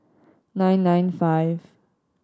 nine nine five